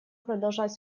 продолжать